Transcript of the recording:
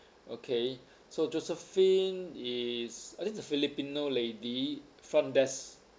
okay so josephine is I think the filipino lady front desk